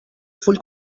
full